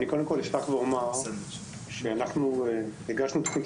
קודם כול אפתח ואומר שאנחנו הגשנו תוכנית